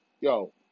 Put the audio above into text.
yo